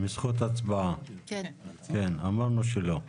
אמרנו שלא.